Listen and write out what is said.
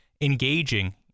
engaging